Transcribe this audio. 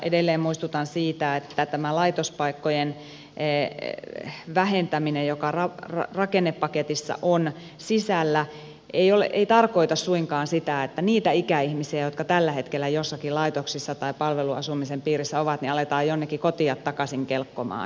edelleen muistutan siitä että tämä laitospaikkojen vähentäminen joka rakennepaketissa on sisällä ei tarkoita suinkaan sitä että niitä ikäihmisiä jotka tällä hetkellä jossakin laitoksissa tai palveluasumisen piirissä ovat aletaan jonnekin kotia takasin kelkkomaan